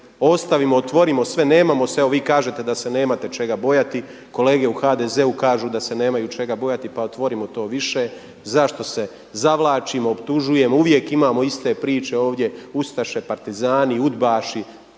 ostavimo, otvorimo sve. Nemamo se, evo vi kažete da se nemate čega bojati. Kolege u HDZ-u kažu da se nemaju čega bojati. Pa otvorimo to više. Zašto se zavlačimo, optužujemo, uvijek imamo iste priče ovdje ustaše, partizani, udbaši.